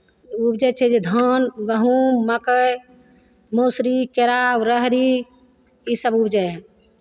उपजै छै जे धान गहुम मकइ मसुरी केराउ राहरि इसभ उपजै हइ